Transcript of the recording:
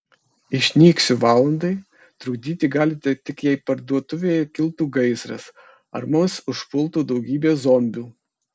išnyksiu valandai trukdyti galite tik jei parduotuvėje kiltų gaisras ar mus užpultų daugybė zombių